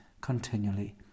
continually